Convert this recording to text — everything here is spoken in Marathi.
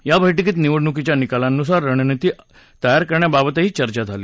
या बैठकीत निवडणुकीच्या निकालांनुसार रणनीती तयार करण्याबाबतही चर्चा झाली